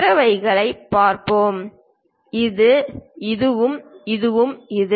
மற்றவர்களைப் பார்ப்போம் இது இதுவும் இதுவும் இது